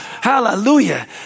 Hallelujah